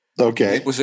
Okay